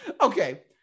Okay